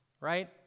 right